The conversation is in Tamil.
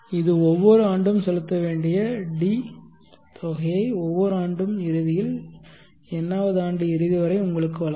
இது ஒவ்வொரு ஆண்டும் செலுத்த வேண்டிய D தொகையை ஒவ்வொரு ஆண்டும் இறுதியில் nth ஆண்டு இறுதி வரை உங்களுக்கு வழங்கும்